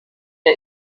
der